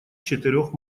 четырех